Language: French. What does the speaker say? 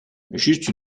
juste